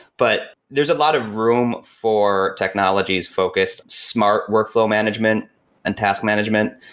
but there's a lot of room for technology's focus, smart workflow management and task management.